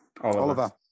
Oliver